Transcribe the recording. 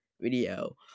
video